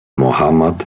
mohammad